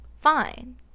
fine